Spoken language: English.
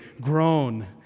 grown